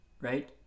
Right